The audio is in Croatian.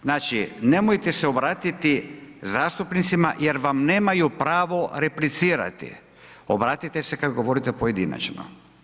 Znači, nemojte se obratiti zastupnicima jer vam nemaju pravo replicirati, obratite se kad govorite pojedinačno.